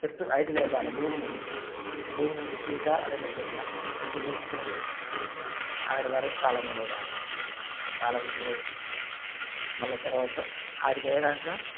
ఎత్తు హైట్ లేపాలి భూమి నుండి భూమి నుండి ఫీటా రెండు ఫీట్ల ఎత్తు చూసుకొని ఆడ వరకు కాలమ్స్ పోయాలి కాలమ్స్ పోసి మళ్ళా తర్వాత ఆడకి అయినాక